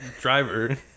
driver